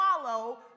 swallow